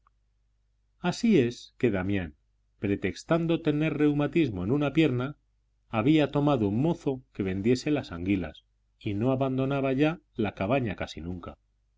así es que damián pretextando tener reumatismo en una pierna había tomado un mozo que vendiese las anguilas y no abandonaba ya la cabaña casi nunca